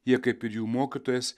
jie kaip ir jų mokytojas